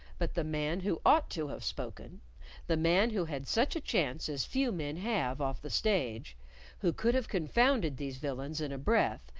but the man who ought to have spoken the man who had such a chance as few men have off the stage who could have confounded these villains in a breath,